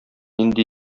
нинди